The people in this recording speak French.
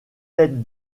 tête